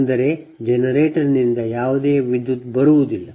ಅಂದರೆ ಜನರೇಟರ್ನಿಂದ ಯಾವುದೇ ವಿದ್ಯುತ್ ಬರುವುದಿಲ್ಲ